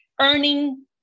earning